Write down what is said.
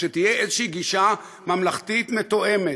אנחנו רוצים שתהיה איזושהי גישה ממלכתית מתואמת,